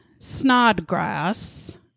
snodgrass